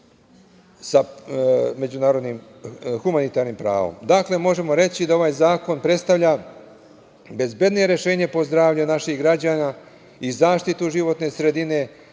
sa međunarodnim humanitarni pravom. Dakle, možemo reći da ovaj zakon predstavlja bezbednije rešenje po zdravlje naših građana i zaštitu životne sredine,